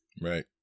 Right